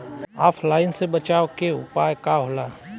ऑफलाइनसे बचाव के उपाय का होला?